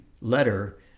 letter